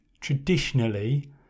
traditionally